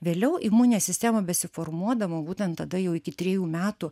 vėliau imuninė sistema besiformuodama būtent tada jau iki trijų metų